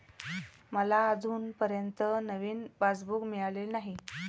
मला अजूनपर्यंत नवीन पासबुक मिळालेलं नाही